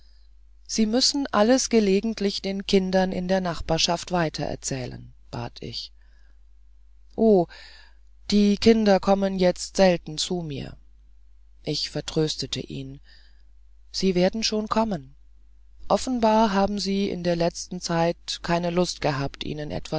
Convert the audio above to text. sie müssen alles gelegentlich den kindern in der nachbarschaft weitererzählen bat ich oh die kinder kommen jetzt so selten zu mir ich vertröstete ihn sie werden schon kommen offenbar haben sie in der letzten zeit nicht lust gehabt ihnen